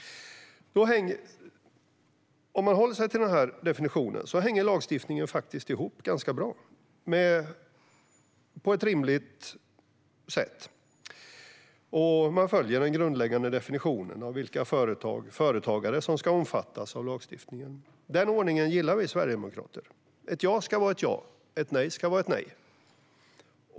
Om man håller sig till denna definition hänger lagstiftningen ihop ganska bra, på ett rimligt sätt. Då följer man den grundläggande definitionen av vilka företagare som ska omfattas av lagstiftningen. Den ordningen gillar vi sverigedemokrater. Ett ja ska vara ett ja. Ett nej ska vara ett nej.